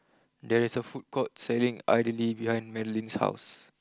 there is a food court selling Idly behind Madlyn's house